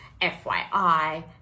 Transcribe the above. FYI